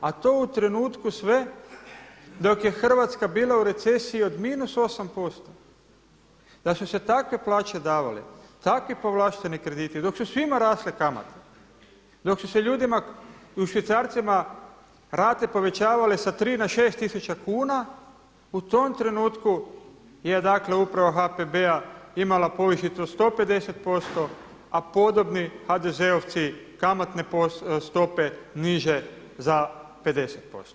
A to u trenutku sve dok je Hrvatska bila u recesiji od -8%, da su se takve plaće davale, takvi povlašteni krediti, dok su svima raste kamate, dok su se ljudima u švicarcima rate povećavale sa 3 na 6 tisuća kuna u tom trenutku je dakle uprava HPB-a imala povišicu od 150% a podobni HDZ-ovci kamatne stope niže za 50%